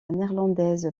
néerlandaise